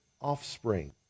offspring